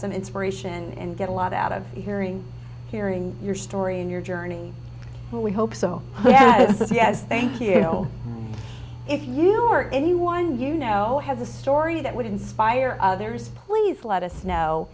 some inspiration and get a lot out of hearing hearing your story and your journey and we hope so yes yes thank you know if you or anyone you know has a story that would inspire others please let us know